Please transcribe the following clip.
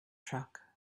truck